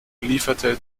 lieferte